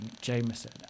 Jameson